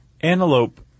antelope